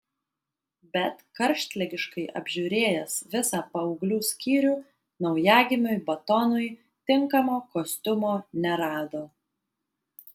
bet karštligiškai apžiūrėjęs visą paauglių skyrių naujagimiui batonui tinkamo kostiumo nerado